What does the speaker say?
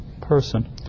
person